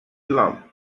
lamb